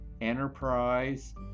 Enterprise